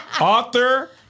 author